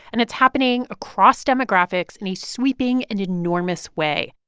and it's happening across demographics in a sweeping and enormous way.